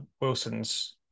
Wilson's